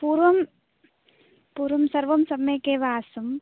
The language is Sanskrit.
पूर्वं पूर्वं सर्वं सम्यक् एव आसम्